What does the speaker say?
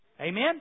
Amen